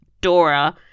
dora